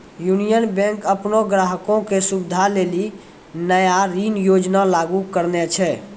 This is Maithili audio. यूनियन बैंक अपनो ग्राहको के सुविधा लेली नया ऋण योजना लागू करने छै